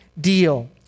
deal